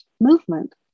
movement